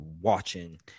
watching